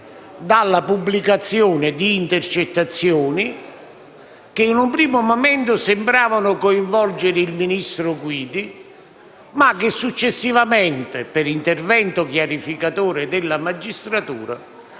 dalla pubblicazione di intercettazioni che, in un primo momento, sembravano coinvolgere il ministro Guidi ma che, successivamente, per intervento chiarificatore della magistratura,